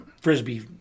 Frisbee